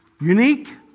Unique